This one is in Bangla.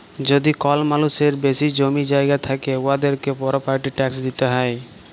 যদি কল মালুসের বেশি জমি জায়গা থ্যাকে উয়াদেরকে পরপার্টি ট্যাকস দিতে হ্যয়